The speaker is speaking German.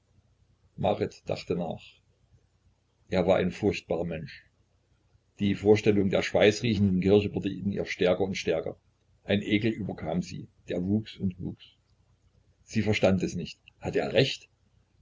marit dachte nach er war ein furchtbarer mensch die vorstellung der schweißriechenden kirche wurde in ihr stärker und stärker ein ekel überkam sie der wuchs und wuchs sie verstand es nicht hatte er recht